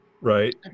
right